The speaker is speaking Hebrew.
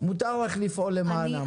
מותר לך לפעול למענם.